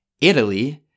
Italy